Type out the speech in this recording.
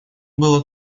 было